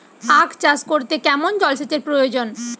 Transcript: আখ চাষ করতে কেমন জলসেচের প্রয়োজন?